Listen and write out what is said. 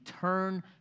turn